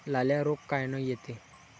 लाल्या रोग कायनं येते?